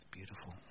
beautiful